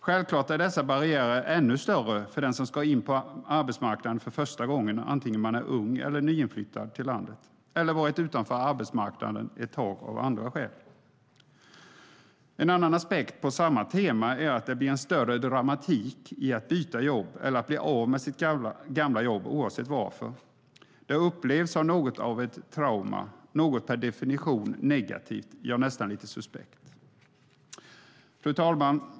Självklart är dessa barriärer ännu större för den som ska in på arbetsmarknaden för första gången, antingen man är ung, nyinflyttad till landet, eller har varit utanför arbetsmarknaden ett tag av andra skäl. En annan aspekt på samma tema är att det blir en större dramatik i att byta jobb eller att bli av med sitt gamla jobb oavsett varför. Det upplevs som något av ett trauma, något per definition negativt, ja nästan lite suspekt. Fru talman!